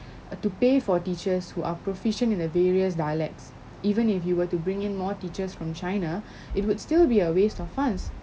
err to pay for teachers who are proficient in the various dialects even if you were to bring in more teachers from china it would still be a waste of funds